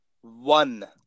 one